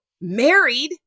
married